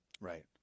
Right